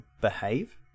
behave